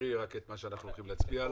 תקראי בבקשה את מה שאנחנו הולכים להצביע עליו.